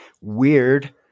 weird